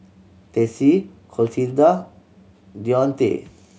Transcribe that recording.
Tessie Clotilda Deontae